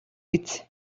биз